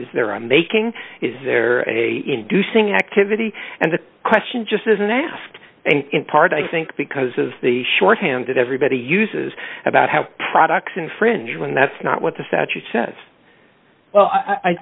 is there i'm making is there a inducing activity and the question just isn't asked and in part i think because of the shorthand that everybody uses about how products infringe when that's not what the statute says well i